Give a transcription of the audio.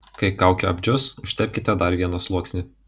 kai kaukė apdžius užtepkite dar vieną sluoksnį